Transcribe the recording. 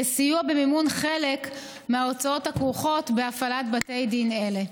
לסיוע במימון חלק מההוצאות הכרוכות בהפעלת בתי דין אלה,